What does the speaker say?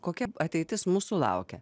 kokia ateitis mūsų laukia